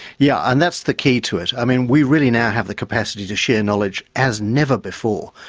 yeah and that's the key to it. i mean we really now have the capacity to share knowledge as never before,